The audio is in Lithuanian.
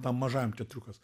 tam mažajam teatriukas